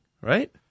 right